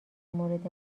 مورد